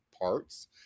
parts